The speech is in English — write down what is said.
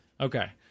Okay